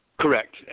Correct